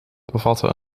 bevatte